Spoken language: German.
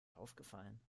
aufgefallen